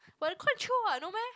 but it quite chio what no meh